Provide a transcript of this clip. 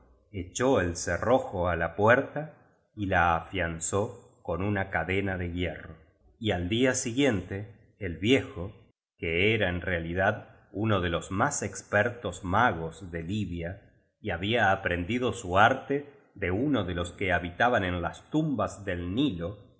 echó el cerrojo á la puerta y la afianzó con una cadena de hierro y al día siguiente el viejo que era en realidad uno de los más expertos magos de libia y había aprendido su arte de uno de los que habitaban en las tumbas del nilo